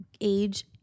age